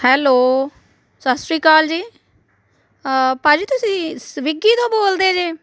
hello ਸਤਿ ਸ਼੍ਰੀ ਅਕਾਲ ਜੀ ਭਾਅ ਜੀ ਤੁਸੀਂ ਸਵਿਗੀ ਤੋਂ ਬੋਲਦੇ ਜੇ